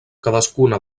cadascuna